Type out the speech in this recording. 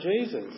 Jesus